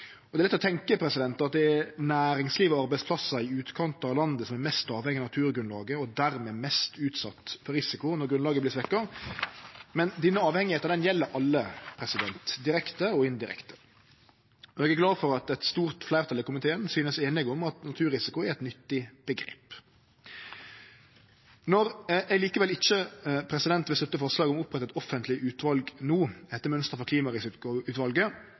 Det er lett å tenkje at det er næringsliv og arbeidsplassar i utkanten av landet som er mest avhengig av naturgrunnlaget og dermed mest utsett for risiko når grunnlaget vert svekt, men denne avhengnaden gjeld alle – direkte og indirekte. Og eg er glad for at eit stort fleirtal i komiteen synest einige om at «naturrisiko» er eit nyttig omgrep. Når eg likevel ikkje vil støtte forslaget om å opprette eit offentleg utval no etter mønster